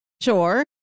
Sure